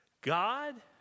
God